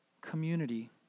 community